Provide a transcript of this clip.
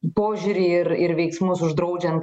požiūrį ir ir veiksmus uždraudžian